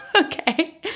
Okay